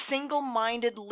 Single-minded